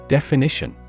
Definition